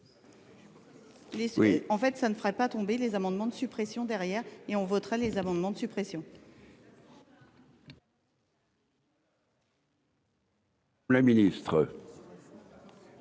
en fait ça ne ferait pas tomber les amendements de suppression derrière et on votera les amendements de suppression. La ministre.